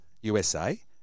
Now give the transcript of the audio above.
USA